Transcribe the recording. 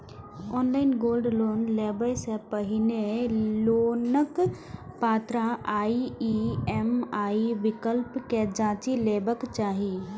online gold loan लेबय सं पहिने लोनक पात्रता आ ई.एम.आई विकल्प कें जांचि लेबाक चाही